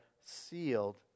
sealed